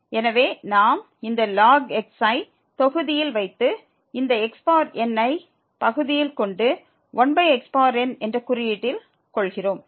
எனவே நாம் இந்த ln x ஐ தொகுதியில் வைத்து இந்த xn ஐ பகுதியில் கொண்டு 1xn என்ற குறியீட்டில் கொள்கிறோம்